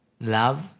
Love